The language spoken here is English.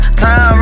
time